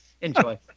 enjoy